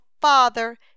father